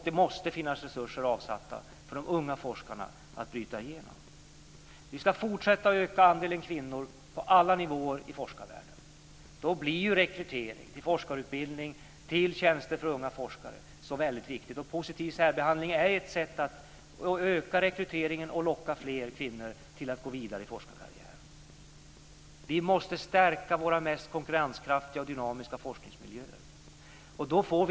Det måste finnas resurser avsatta för de unga forskarna att bryta igenom. Vi ska fortsätta att öka andelen kvinnor på alla nivåer i forskarvärlden. Rekrytering till forskarutbildning och tjänster för unga forskare blir då väldigt viktigt. Positiv särbehandling är ett sätt att öka rekryteringen och locka fler kvinnor att gå vidare i forskarkarriären. Vi måste stärka våra mest konkurrenskraftiga och dynamiska forskningsmiljöer.